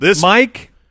Mike